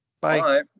Bye